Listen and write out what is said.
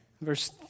Verse